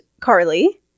Carly